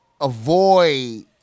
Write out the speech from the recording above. avoid